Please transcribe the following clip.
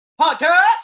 podcast